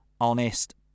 honest